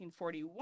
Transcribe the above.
1941